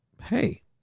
hey